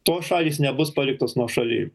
tos šalys nebus paliktos nuošaly